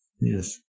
yes